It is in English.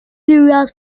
serials